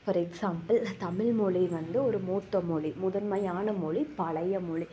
for example Tamil மொழி வந்து ஒரு மூத்த மொழி முதன்மையான மொழி பழைய மொழி